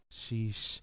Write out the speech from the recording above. sheesh